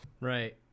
right